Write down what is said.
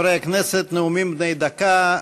חברי הכנסת, נאומים בני דקה.